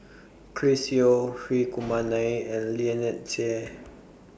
Chris Yeo Hri Kumar Nair and Lynnette Seah